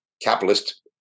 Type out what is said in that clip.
capitalist